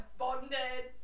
bonded